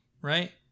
right